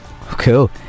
Cool